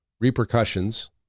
repercussions